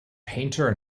painter